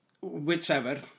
whichever